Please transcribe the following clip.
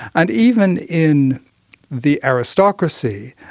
and even in the aristocracy,